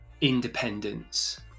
independence